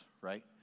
right